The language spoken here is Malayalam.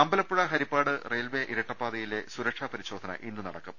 അമ്പലപ്പുഴ ഹരിപ്പാട് റെയിൽവെ ഇരട്ടപ്പാതയിലെ സുരക്ഷാ പരിശോധന ഇന്ന് നടക്കും